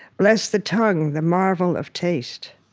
bless the tongue, the marvel of taste.